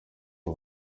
ngo